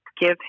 give